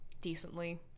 decently